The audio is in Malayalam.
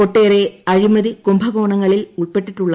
ഒട്ടേറെ അഴിമതി കുംഭകോണങ്ങളിൽ ഉൾപ്പെട്ടിട്ടുള്ള എൻ